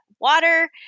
water